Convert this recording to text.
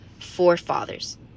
forefathers